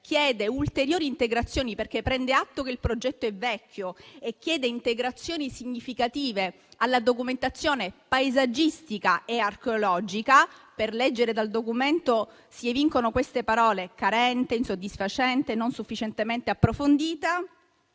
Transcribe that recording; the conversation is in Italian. chiede ulteriori integrazioni, perché prende atto che il progetto è vecchio e chiede integrazioni significative alla documentazione paesaggistica e archeologica (leggendo dal documento si evincono le parole «carente», «insoddisfacente», «non sufficientemente approfondita»).